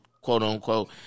quote-unquote